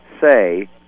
say